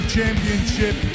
Championship